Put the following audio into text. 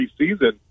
preseason